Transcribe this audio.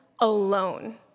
alone